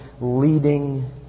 leading